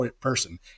person